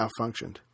malfunctioned